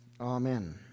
Amen